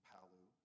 Palu